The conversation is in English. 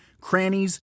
crannies